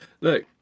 look